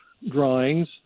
Drawings